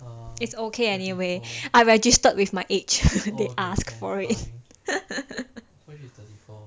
it's okay anyway I registered with my age they asked for it